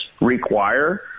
require